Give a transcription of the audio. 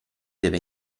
deve